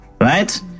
right